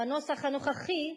בנוסח הנוכחי,